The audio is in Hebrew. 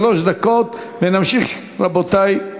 שלוש דקות, ונמשיך, רבותי,